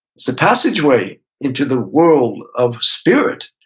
it's a passageway into the world of spirit,